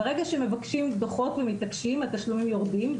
ברגע שמבקשים דוחות ומתעקשים, התשלומים יורדים.